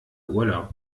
urlaub